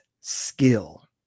skill